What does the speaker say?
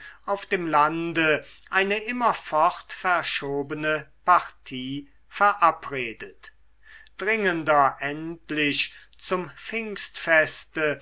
auf dem lande eine immerfort verschobene partie verabredet dringender endlich zum pfingstfeste